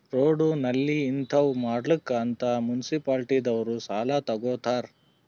road, ನಾಲಿ ಹಿಂತಾವ್ ಮಾಡ್ಲಕ್ ಅಂತ್ ಮುನ್ಸಿಪಾಲಿಟಿದವ್ರು ಸಾಲಾ ತಗೊತ್ತಾರ್